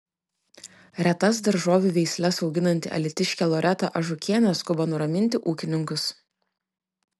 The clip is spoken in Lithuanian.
retas daržovių veisles auginanti alytiškė loreta ažukienė skuba nuraminti ūkininkus